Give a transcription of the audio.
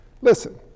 Listen